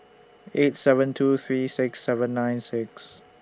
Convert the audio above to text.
eight seven two three six seven nine six